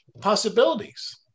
possibilities